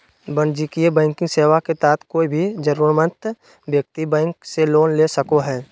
वाणिज्यिक बैंकिंग सेवा के तहत कोय भी जरूरतमंद व्यक्ति बैंक से लोन ले सको हय